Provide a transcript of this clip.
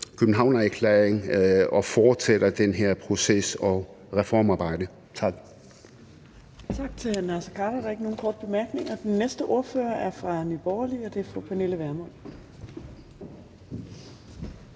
Københavnererklæringen, og fortsætter den her proces og det her reformarbejde. Tak.